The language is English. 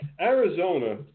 Arizona